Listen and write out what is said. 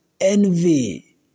envy